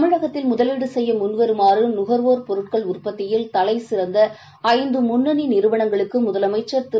தமிழகத்தில் முதலீடு செய்ய முன்வருமாறு நுகர்வோர் பொருட்கள் உற்பத்தியில் தலைசிறந்த ஐந்து முன்னணி நிறுவனங்களுக்கு முதலமைச்ச் திரு